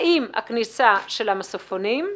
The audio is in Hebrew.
האם הכניסה של המסופונים,